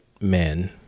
men